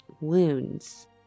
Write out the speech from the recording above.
wounds